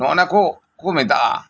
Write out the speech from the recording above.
ᱱᱚᱜ ᱚᱭ ᱮᱱᱟ ᱠᱚ ᱢᱮᱛᱟᱜᱼᱟ